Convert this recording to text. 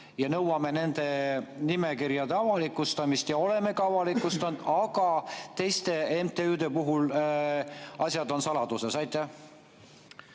me nõuame [erakondade] nimekirjade avalikustamist ja oleme ka avalikustanud, aga teiste MTÜ-de puhul on asjad saladuses? Aitäh,